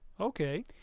Okay